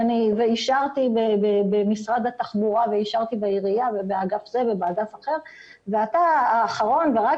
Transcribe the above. אישרתי במשרד התחבורה ואישרתי בעירייה ואתה האחרון ורק